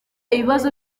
ibibazo